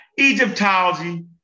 Egyptology